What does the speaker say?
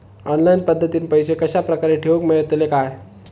Online पद्धतीन पैसे कश्या प्रकारे ठेऊक मेळतले काय?